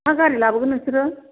मा गारि लाबोगोन नोंसोरो